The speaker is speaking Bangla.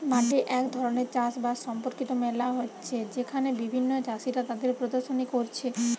মাঠে এক ধরণের চাষ বাস সম্পর্কিত মেলা হচ্ছে যেখানে বিভিন্ন চাষীরা তাদের প্রদর্শনী কোরছে